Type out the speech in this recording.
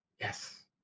Yes